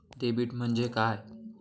Debit म्हणजे काय?